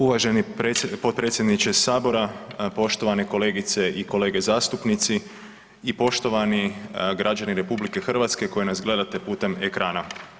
Uvaženi potpredsjedniče sabora, poštovane kolegice i kolege zastupnici i poštovani građani RH koji nas gledate putem ekrana.